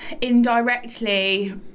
indirectly